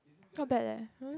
not bad leh